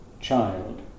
child